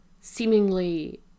seemingly